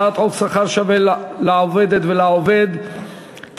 הצעת חוק שכר שווה לעובדת ולעובד (תיקון,